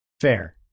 Fair